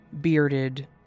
bearded